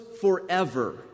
forever